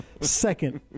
second